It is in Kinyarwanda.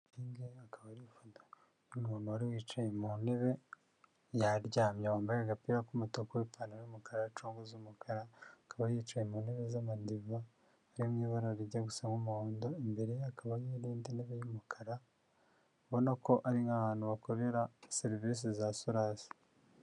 Aha ngaha akaba ari ifoto y'umuntu wari wicaye mu ntebe, yaryamye wambaye agapira k'umutuku, ipantaro y'umukara, congo z'umukara, akaba yicaye mu ntebe z'amadiva ari mu ibara rijya gusa n'umuhondo, imbere hakaba hari n'indi ntebe y'umukara ubona ko ari nk'ahantu bakorera serivisi za Sorasi.